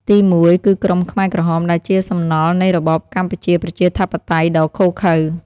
ទីមួយ គឺក្រុមខ្មែរក្រហម ដែលជាសំណល់នៃរបបកម្ពុជាប្រជាធិបតេយ្យដ៏ឃោរឃៅ។